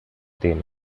dime